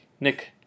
Nick